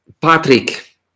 Patrick